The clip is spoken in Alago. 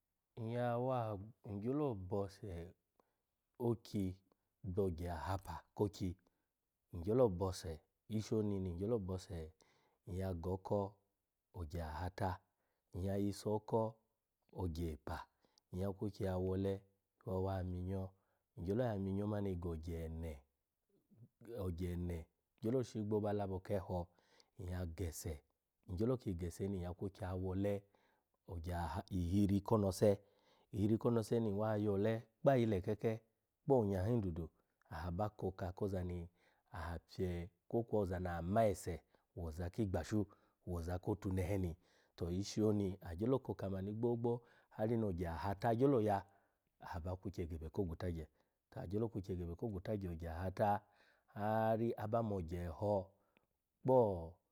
Nyya wa, ngyolo bose okyi oyo ogya ahapa ko okpi, ngyelo bose ishi'oni ni ngyelo bose nyya go oko ogya aha la, nyya yiso oko ogye epa, nyya kwikye wole wa wa minyo, ngyelo ya minyo manigo ogye ene, ogye ene gyolo shigbo ba labo ke eho nyya gese, ngyelo ki gese ni nyya kwikye ya wole ogya aha ihiri konose, ihiri konose ni nyya kwikye wa yole kpa ayi likeke kpo onya hin dudu aha koka koza ni aha pye kwokwo ozani aha ese woza kigbashu, woza, kotunehe ni, to ishi oni agyo koka mani gbogbo hari no ogya ahata gyolo ya aha aba kwikye gebe ko gwatagye, to agyolo kwikye gebe ogya hata ha-ri aba mo ogye eho kpo.